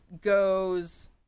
goes